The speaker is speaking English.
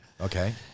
Okay